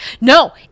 No